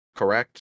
correct